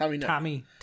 tommy